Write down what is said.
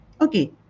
Okay